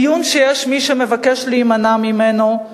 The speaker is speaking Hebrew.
דיון שיש מי שמבקש להימנע ממנו,